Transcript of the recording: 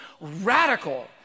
radical